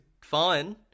fine